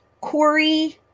Corey